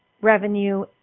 revenue